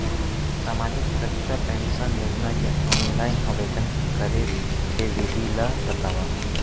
सामाजिक सुरक्षा पेंशन योजना के ऑनलाइन आवेदन करे के विधि ला बतावव